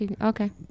Okay